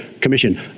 Commission